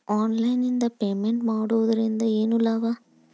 Online ನಿಂದ payment ಮಾಡುವುದರಿಂದ ಏನು ಲಾಭ?